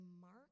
mark